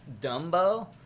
Dumbo